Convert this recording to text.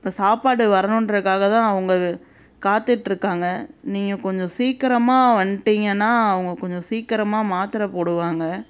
இப்போ சாப்பாடு வரணுங்றக்காக தான் அவங்க காத்துகிட்ருக்காங்க நீங்கள் கொஞ்சம் சீக்கிரமா வந்துட்டீங்கன்னா அவங்க கொஞ்சம் சீக்கிரமா மாத்திர போடுவாங்க